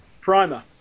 Primer